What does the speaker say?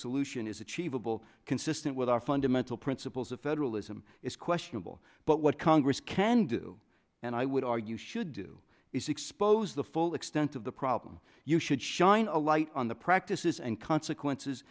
solution is achievable consistent with our fundamental principles of federalism is questionable but what congress can do and i would argue should do is expose the full extent of the problem you should shine a light on the practices and consequences